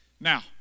now